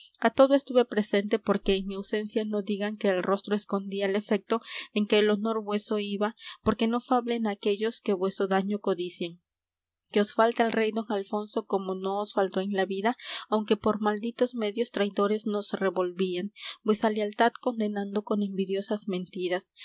todo estuve presente porque en mi ausencia no digan que el rostro escondí al efecto en que el honor vueso iba porque no fablen aquellos que vueso daño codician que os falta el rey don alfonso como no os faltó en la vida aunque por malditos medios traidores nos revolvían vuesa lealtad condenando con envidiosas mentiras